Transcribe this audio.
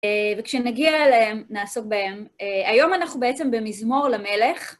וכשנגיע אליהם, נעסוק בהם. היום אנחנו בעצם במזמור למלך.